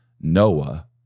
Noah